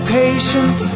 patient